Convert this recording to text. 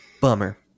Bummer